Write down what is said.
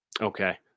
Okay